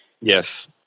Yes